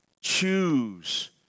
Choose